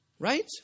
Right